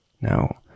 Now